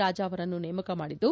ರಾಜಾ ಅವರನ್ನು ನೇಮಕ ಮಾಡಿದ್ದು